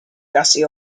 gussie